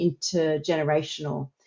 intergenerational